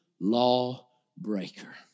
lawbreaker